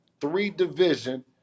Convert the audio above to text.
three-division